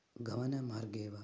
गमनमार्गे वा